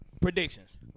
Predictions